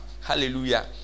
hallelujah